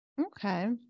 Okay